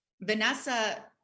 Vanessa